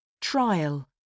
Trial